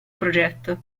progetto